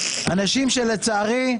לצערי,